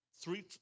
Three